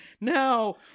Now